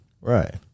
Right